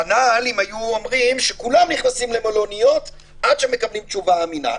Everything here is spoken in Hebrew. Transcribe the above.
כנ"ל אם היו אומרים שכולם נכנסים למלוניות עד שהם מקבלים תשובה אמינה.